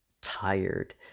tired